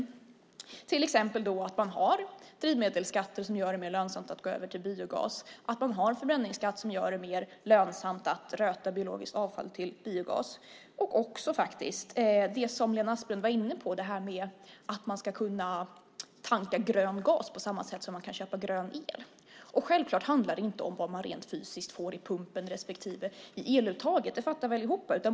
Det handlar till exempel om att ha drivmedelsskatter som gör det mer lönsamt att gå över till biogas, att ha en förbränningsskatt som gör det mer lönsamt att röta biologiskt avfall till biogas och det som Lena Asplund var inne på, nämligen att man ska kunna tanka grön gas på samma sätt som man kan köpa grön el. Det handlar självfallet inte om vad man rent fysiskt får i pumpen respektive eluttaget. Det fattar vi allihop.